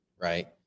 right